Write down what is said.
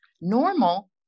Normal